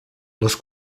les